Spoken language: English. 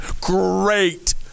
Great